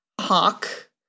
hawk